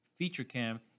FeatureCam